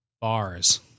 bars